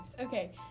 Okay